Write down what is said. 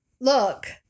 Look